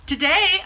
Today